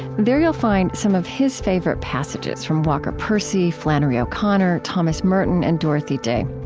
there you'll find some of his favorite passages from walker percy, flannery o'connor, thomas merton, and dorothy day.